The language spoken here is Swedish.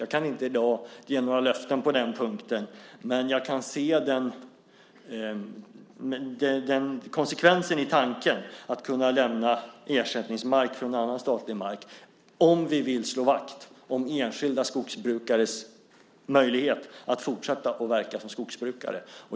Jag kan inte i dag ge några löften på den punkten, men jag kan se konsekvensen i tanken att lämna ersättningsmark från annan statlig mark om vi vill slå vakt om enskilda skogsbrukares möjlighet att fortsätta att verka som skogsbrukare.